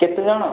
କେତେ ଜଣ